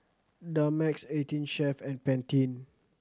Dumex Eighteen Chef and Pantene